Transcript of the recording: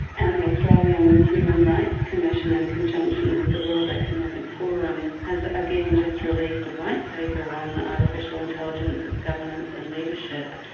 and the australian human rights commission, in conjunction with the world economic forum, has again just released a white paper on artificial intelligence, its governance and leadership.